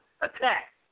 attack